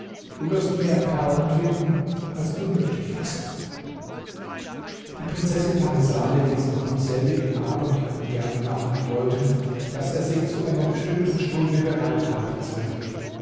du wirst mehr perlen finden als du nötig hast die prinzessin parisade ließ noch am selbigen abend einem gärtner andeuten daß er sich zu einer bestimmten stunde bereit halten solle